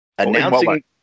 Announcing